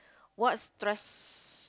what stress